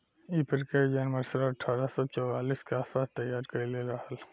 इ प्रक्रिया John Mercer अठारह सौ चौवालीस के आस पास तईयार कईले रहल